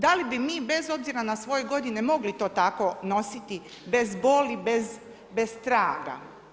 Da li bi mi, bez obzira na svoje godine, mogli to tako nositi, bez boli bez traga?